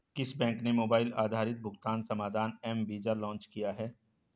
किस बैंक ने मोबाइल आधारित भुगतान समाधान एम वीज़ा लॉन्च किया है?